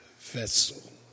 vessel